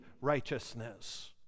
righteousness